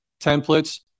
templates